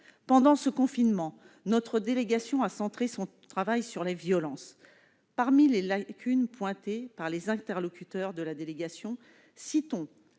Pendant ce confinement, notre délégation a centré son travail sur les violences. Parmi les lacunes pointées par les interlocuteurs de la délégation, citons